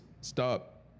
stop